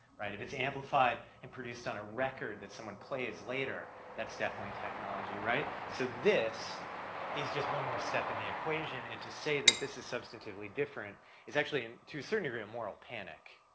right, if it's amplified, and produced on a record that someone plays later, that's definitely technology, right? so this is just one more step in the equation, and to say that this is substantively different is actually to a certain degree a moral panic.